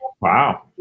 Wow